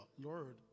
Lord